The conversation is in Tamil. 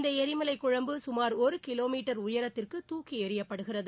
இந்த எரிமலை குழம்பு சுமார் ஒரு கிலோ மீட்டர் உயரத்திற்கு துக்கி எறியப்படுகிறது